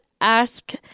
ask